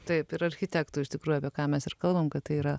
taip ir architektų iš tikrųjų apie ką mes ir kalbam kad tai yra